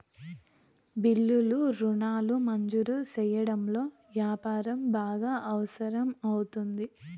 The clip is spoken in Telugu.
బిల్లులు రుణాలు మంజూరు సెయ్యడంలో యాపారం బాగా అవసరం అవుతుంది